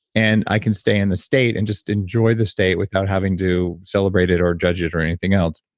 and i can stay in the state and just enjoy the state without having to celebrate it or judge it or anything else.